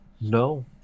No